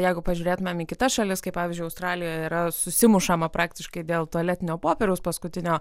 jeigu pažiūrėtumėm į kitas šalis kaip pavyzdžiui australijoje yra susimušama praktiškai dėl tualetinio popieriaus paskutinio